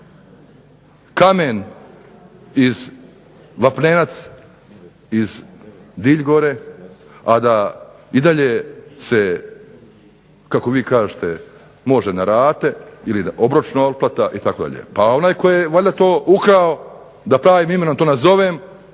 kamen vapnenac iz Dilj Gore, a da i dalje se kako vi kažete može na rate ili obročna otplata itd. Pa onaj tko je valjda to ukrao da taj …/Ne razumije